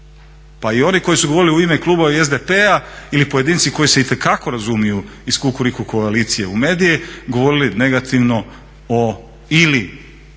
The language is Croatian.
pa i oni koji su govorili u ime kluba i SDP-a ili pojedinci koji se itekako razumiju iz Kukuriku koalicije u medije, govorili negativno ili